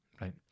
Right